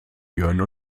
jörn